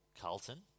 Carlton